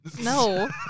No